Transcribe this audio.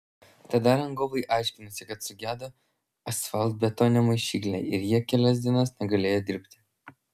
tada rangovai aiškinosi kad sugedo asfaltbetonio maišyklė ir jie kelias dienas negalėjo dirbti